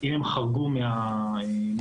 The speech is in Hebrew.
אם הם חרגו מהכללים,